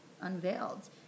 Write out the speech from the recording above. unveiled